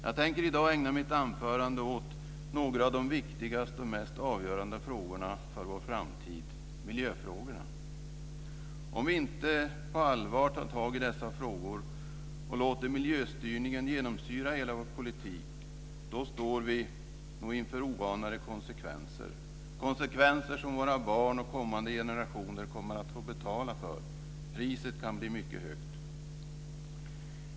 Jag tänker i dag ägna mitt anförande åt några av de viktigaste och mest avgörande frågorna för vår framtid, nämligen miljöfrågorna. Om vi inte på allvar tar tag i dessa frågor och låter miljöstyrningen genomsyra hela vår politik står vi inför oanade konsekvenser. Det är konsekvenser som våra barn och kommande generationer kommer att få betala för. Priset kan bli mycket högt.